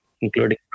Including